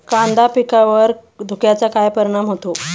कांदा पिकावर धुक्याचा काय परिणाम होतो?